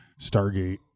Stargate